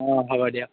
অ হ'ব দিয়ক